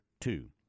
two